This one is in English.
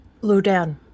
Ludan